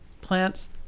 plants